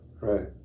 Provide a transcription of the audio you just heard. Right